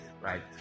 right